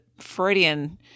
Freudian